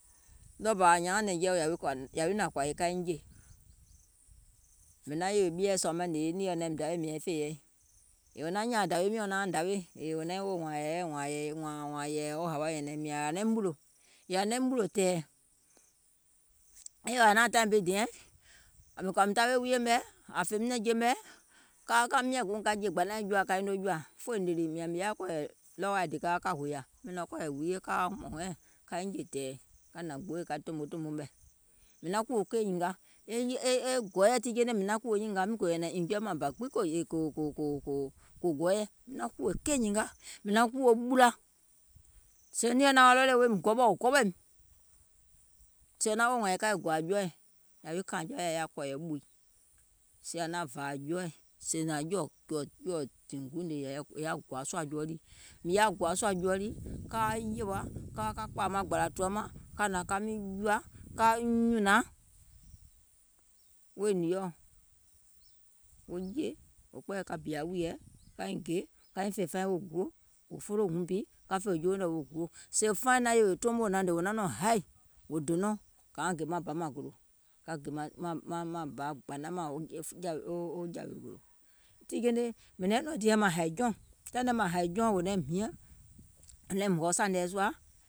ɗɔɔ bȧ ȧŋ nyȧauŋ wèè nɛ̀ŋjeɛ̀ yawi nȧŋ kɔ̀ȧ eiŋ jè, mìŋ yèwè ɓieɛ̀ maŋ hnè yèè wo nìeɔ̀ naim dawè mìȧŋ e fèyɛi, yèè wò naŋ nyȧȧŋ dȧwi miɔ̀ŋ nauŋ dawè, yèè wò naŋ woò wȧȧŋ ɛ̀ɛ, yɛ̀ì hȧwa nyɛnɛŋ, e yìwìȧ naȧŋ taìŋ bi diɛŋ, mìŋ kɔ̀ȧ mìŋ tawe wuiyè mɛ̀ ȧŋ fèìm nɛ̀ŋje mɛ̀, kaa ka kaiŋ jè gbȧnaȧŋ joȧ kaiŋ noo jòȧ, fòì nìlì mìȧŋ mìŋ yaȧ kɔ̀ɔ̀yɛ̀ ɗɔɔwȧa dìì ka ka ka hòyà, mìŋ nɔ̀ŋ kɔ̀ɔ̀yɛ̀ huuye kaa hɛɛ̀ŋ kaiŋ jè tɛ̀ɛ̀ ka hnȧŋ gbooì ka tòmò tomo mɛ̀, mìŋ naŋ kùwò keì nyìnga, e gɔ̀ɔ̀yɛɛ̀ tiŋ jeiŋ niŋ mìŋ naŋ kùwò nyìnga, miŋ gò nyɛ̀nɛŋ enjoyement bȧ gbiŋ kò gɔɔyɛ, wèè keì nyìnga, mìŋ naŋ kùwò ɓùla, sèè wo nìeɔ̀ wa ready woim gɔɓɔ̀ wò gɔɓɔ̀ìm, sèè wò naŋ woò wȧȧŋ e ka gòȧ jɔɔɛ̀, yȧwi kȧȧjɔa nyȧŋ yaȧ kɔ̀ɔ̀yɛ̀ ɓùi, sèè ȧŋ naŋ vȧȧì jɔɔɛ̀, sèè mȧȧŋ jɔ̀ɔ̀ tììŋ guùŋ ne è yaȧ gòȧ sùȧ jɔɔ lii, è yaȧ gòȧ sùȧ jɔɔ lii, kaa yèwà ka ka kpȧȧ maŋ gbȧlȧ tùwa mȧŋ, ka hnȧŋ ka miŋ jùȧ, ka nyùnȧŋ wèè nìeɔ̀, wo jè, wò kpɛɛyɛ̀ ka bìȧ wùìyèɛ kaiŋ gè kaiŋ fè faiŋ wo guò, wò folo wuŋ bi ka fè jeuŋ nɛ̀ wo guò, sèè faiŋ naŋ yèwè toomo naŋ hnè wò naŋ nɔŋ haì, wò dè nɔŋ kȧuŋ gè ba mȧŋ gòlò, ka gè maŋ ba gbȧnaŋ mȧŋ wo jȧwè gòlò, tiŋ jeiŋ ne mìŋ naiŋ nɔ̀ŋ diɛŋ maŋ hȧì jɔùŋ, taìŋ nɛ maŋ hàì jɔùŋ wò hiɛ̀ŋ woim hòȧ sȧnèɛ sùȧ